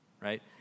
right